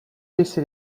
baissé